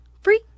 free